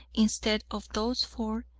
instead of those for,